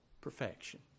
Perfection